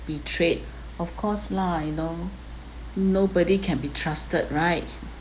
betrayed of course lah you know nobody can be trusted right